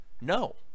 No